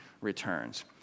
returns